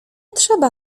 trzeba